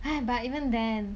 哎 but even then